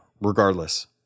regardless